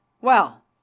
Well